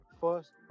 first